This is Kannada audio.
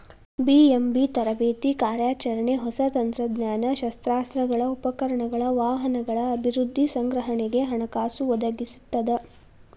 ಬಿ.ಎಂ.ಬಿ ತರಬೇತಿ ಕಾರ್ಯಾಚರಣೆ ಹೊಸ ತಂತ್ರಜ್ಞಾನ ಶಸ್ತ್ರಾಸ್ತ್ರಗಳ ಉಪಕರಣಗಳ ವಾಹನಗಳ ಅಭಿವೃದ್ಧಿ ಸಂಗ್ರಹಣೆಗೆ ಹಣಕಾಸು ಒದಗಿಸ್ತದ